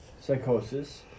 psychosis